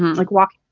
like walk.